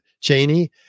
Cheney